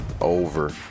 Over